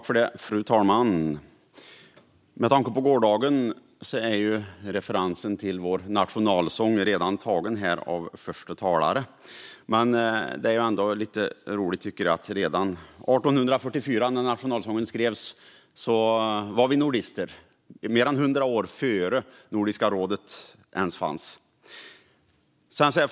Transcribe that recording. Fru talman! Dagens första talare har redan refererat till vår nationalsång, och redan när den skrevs 1844, mer än 100 år innan Nordiska rådet bildades, var vi nordister.